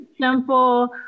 simple